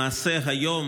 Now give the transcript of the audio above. למעשה, היום,